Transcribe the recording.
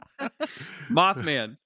Mothman